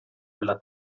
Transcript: quella